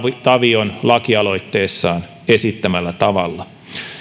tavion lakialoitteessaan esittämällä tavalla